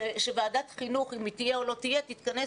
ואני לא רוצה שוועדת החינוך אם היא תהיה או לא תהיה תתכנס